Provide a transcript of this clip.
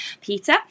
Peter